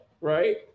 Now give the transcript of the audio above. Right